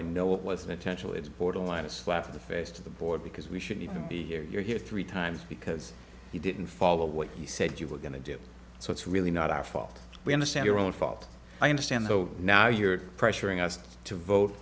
i know it wasn't intentional it's borderline a slap in the face to the board because we shouldn't even be here you're here three times because he didn't follow what you said you were going to do so it's really not our fault we understand your own fault i understand though now you're pressuring us to vote